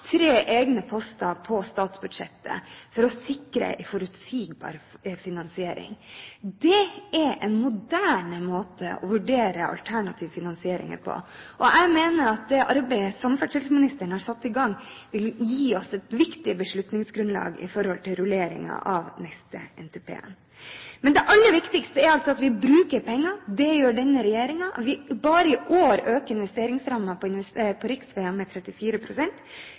tre egne poster på statsbudsjettet, for å sikre en forutsigbar finansiering. Det er en moderne måte å vurdere alternative finansieringer på. Jeg mener at det arbeidet samferdselsministeren har satt i gang, vil gi oss et viktig beslutningsgrunnlag med tanke på neste rullering av NTP. Det aller viktigste er at vi bruker penger. Det gjør denne regjeringen. Bare i år øker investeringsrammen på riksveier med